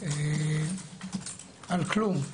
על כלום.